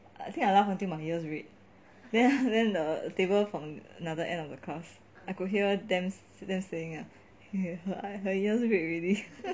I think I laugh until my ears red then then the table from another end of the class I could hear them them saying eh her ears red already